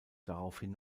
daraufhin